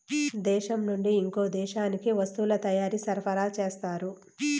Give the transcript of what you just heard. దేశం నుండి ఇంకో దేశానికి వస్తువుల తయారీ సరఫరా చేస్తారు